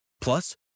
Plus